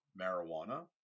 marijuana